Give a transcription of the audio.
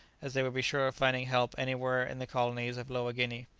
as they would be sure of finding help anywhere in the colonies of lower guinea.